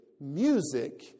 music